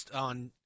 on